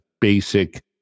basic